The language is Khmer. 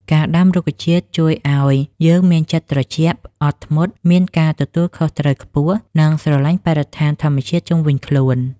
ការដាំរុក្ខជាតិជួយឱ្យយើងមានចិត្តត្រជាក់ អត់ធ្មត់ មានការទទួលខុសត្រូវខ្ពស់ និង ស្រឡាញ់បរិស្ថានធម្មជាតិជុំវិញខ្លួន។